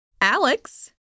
Alex